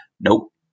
Nope